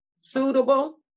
suitable